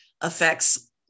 affects